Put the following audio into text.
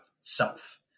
self